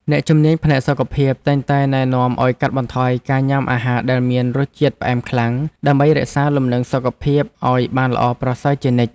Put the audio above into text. អ្នកជំនាញផ្នែកសុខភាពតែងតែណែនាំឲ្យកាត់បន្ថយការញ៉ាំអាហារដែលមានរសជាតិផ្អែមខ្លាំង ដើម្បីរក្សាលំនឹងសុខភាពឲ្យបានល្អប្រសើរជានិច្ច។